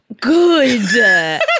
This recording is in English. Good